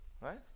right